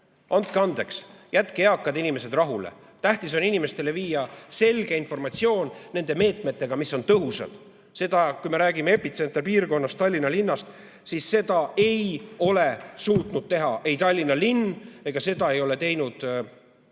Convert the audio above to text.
Andke andeks! Jätke eakad inimesed rahule! Tähtis on inimesteni viia selge informatsioon nendest meetmetest, mis on tõhusad. Kui me räägime epitsenterpiirkonnast Tallinna linnast, siis seda ei ole suutnud teha ei Tallinna linn ega ka riik.